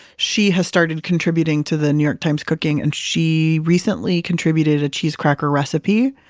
she has started contributing to the new york times cooking and she recently contributed a cheese cracker recipe.